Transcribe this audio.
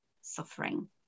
suffering